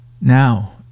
Now